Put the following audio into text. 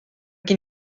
gen